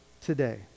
today